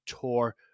tour